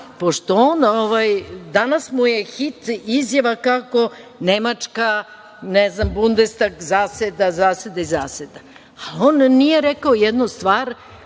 pošto mu je danas hit izjava kako Nemačka, ne znam, Bundestag zaseda, zaseda i zaseda. Ali on nije rekao jednu stvar